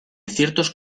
ciertos